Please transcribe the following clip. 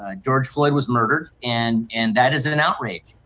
ah george floyd was murdered and and that is an an outright.